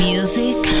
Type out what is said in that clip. Music